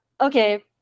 okay